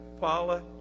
Paula